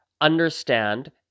understand